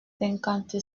cinquante